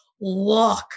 look